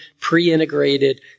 pre-integrated